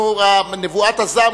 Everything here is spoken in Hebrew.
מצהירה,